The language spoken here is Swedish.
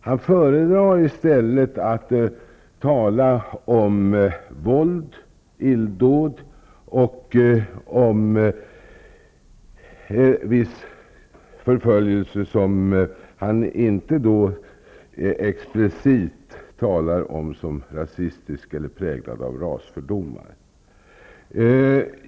Han föredrar i stället att tala om våld, illdåd och om viss förföljelse, som han inte explicit talar om som rasistisk eller präglad av rasfördomar.